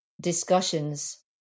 discussions